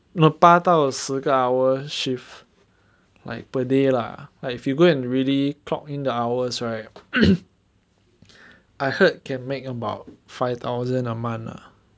no 八到十个 hour shift like per day lah like if you go and really clock in the hours right I heard can make about five thousand a month ah